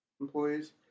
employees